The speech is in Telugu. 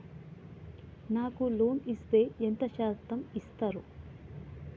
నాకు లోన్ ఇత్తే ఎంత శాతం ఇత్తరు?